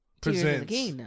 presents